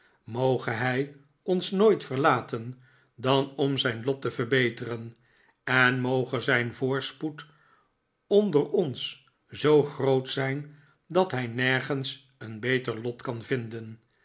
moge hij ons nooit verlaten dan om zijn lot te verbeteren en moge zijn voorspoed onder ons zoo groot zijn dat hij nergens een beter lot kan vinden